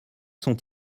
sont